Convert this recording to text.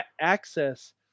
access